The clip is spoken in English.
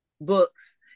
books